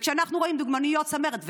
וכשאנחנו רואים דוגמניות צמרת,